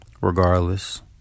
Regardless